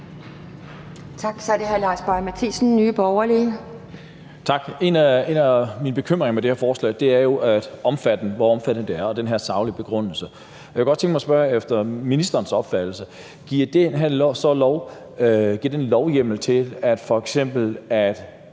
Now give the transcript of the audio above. En af mine bekymringer i forbindelse med det her forslag er jo, hvor omfattende det er, og den her saglige begrundelse. Og jeg kunne godt tænke mig at spørge til ministerens opfattelse: Gives der her lovhjemmel til, at f.eks.